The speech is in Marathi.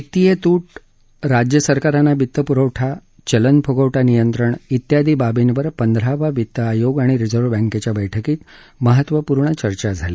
वित्तीय तूट राज्य सरकारांना वित्त पुरवठा चलन फुगवटा नियंत्रण वियादी बाबींवर पंधरावा वित्त आयोग आणि रिझर्व्ह बँकेच्या बैठकीत महत्त्वपूर्ण चर्चा झाली